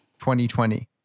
2020